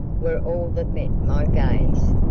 were all that met my gaze.